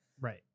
Right